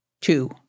Two